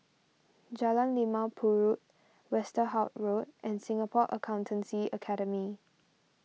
Jalan Limau Purut Westerhout Road and Singapore Accountancy Academy